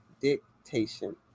Dictation